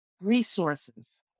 resources